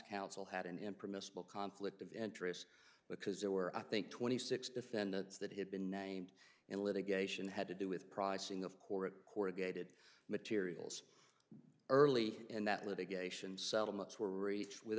council had an impermissible conflict of interest because there were i think twenty six defendants that had been named in litigation had to do with pricing of court corrugated materials early and that litigation settlements were each with